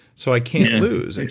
so i can't lose.